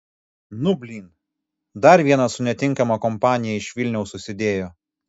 nu blyn dar vienas su netinkama kompanija iš vilniaus susidėjo